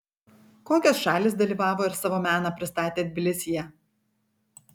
kokios šalys dalyvavo ir savo meną pristatė tbilisyje